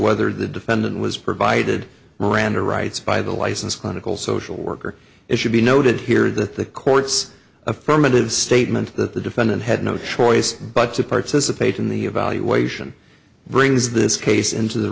whether the defendant was provided miranda rights by the licensed clinical social worker it should be noted here that the court's affirmative statement that the defendant had no choice but to participate in the evaluation brings this case into the